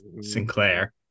Sinclair